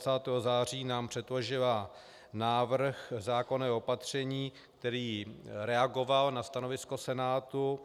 25. září nám předložila návrh zákonného opatření, který reagoval na stanovisko Senátu.